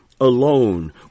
alone